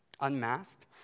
unmasked